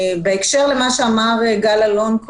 בהקשר לדבריו של גל אלון,